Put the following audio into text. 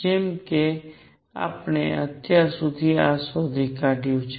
જેમ કે આપણે અત્યાર સુધી આ શોધી કાઢ્યું છે